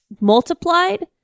multiplied